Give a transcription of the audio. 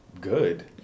good